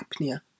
apnea